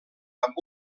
amb